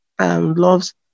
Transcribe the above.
Loves